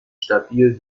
stabil